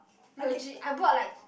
legit I bought like